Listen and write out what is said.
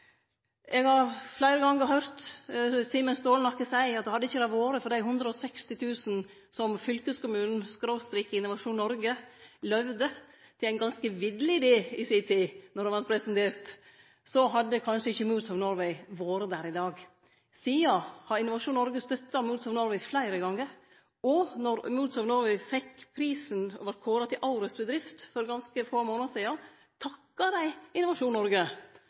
Eg har fleire gonger høyrt Simen Staalnacke seie at hadde det ikkje vore for dei 160 000 kr som fylkeskommunen /Innovasjon Norge i si tid løyvde til ein ganske vill idé – då han vart presentert – hadde kanskje ikkje Moods of Norway vore der i dag. Sidan har Innovasjon Norge fleire gonger støtta Moods of Norway, og då Moods of Norway for ganske få månader sidan vart kåra til årets bedrift og fekk pris, takka dei Innovasjon Norge for